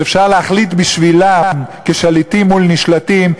שאפשר להחליט בשבילם כשליטים מול נשלטים,